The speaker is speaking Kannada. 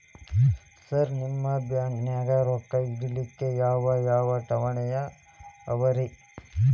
ಸರ್ ನಿಮ್ಮ ಬ್ಯಾಂಕನಾಗ ರೊಕ್ಕ ಇಡಲಿಕ್ಕೆ ಯಾವ್ ಯಾವ್ ಠೇವಣಿ ಅವ ರಿ?